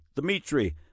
Dmitry